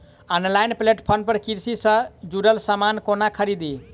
Online platform पर कृषि सँ जुड़ल समान कोना खरीदी?